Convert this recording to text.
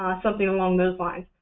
um something along those lines.